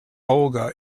olga